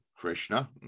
Krishna